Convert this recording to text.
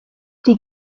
die